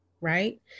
Right